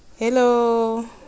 Hello